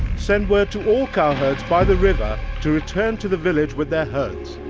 send word to all cowherds by the river to return to the village with their herds!